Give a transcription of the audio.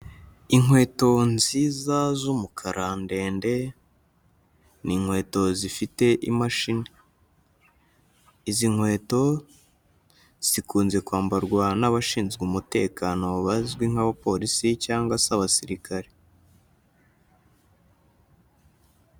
Inkweto nziza z'umukara ndende ni inkweto zifite imashini, izi nkweto zikunze kwambarwa n'abashinzwe umutekano bazwi nk'abapolisi cyangwa se abasirikare.